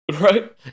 Right